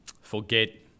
forget